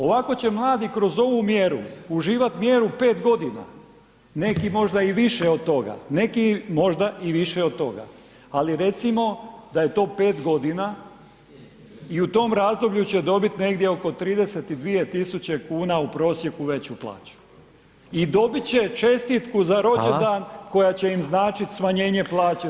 Ovako će mladi kroz ovu mjeru uživat mjeru 5 godina, neki možda i više od toga, neki možda i više od toga, ali recimo da je to 5 godina i u tom razdoblju će dobiti negdje oko 32.000 kuna u prosjeku veću plaću i dobit će čestitku za rođendan koja će im značiti smanjenje plaće za